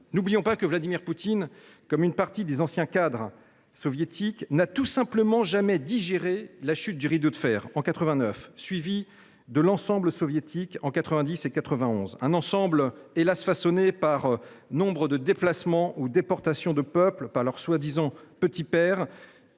N’oublions pas que Vladimir Poutine, comme une partie des anciens cadres soviétiques, n’a tout simplement jamais digéré la chute du rideau de fer, en 1989, ni celle de l’ensemble soviétique, en 1990 et 1991 – ledit ensemble fut façonné, hélas ! par nombre de déplacements ou déportations de peuples par leur soi disant « petit père